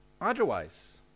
Otherwise